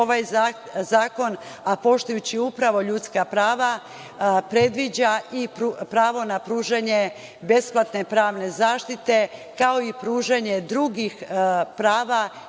ovaj zakon, a poštujući upravo ljudska prava, predviđa i pravo na pružanje besplatne pravne zaštite, kao i pružanje drugih prava